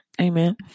Amen